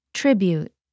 tribute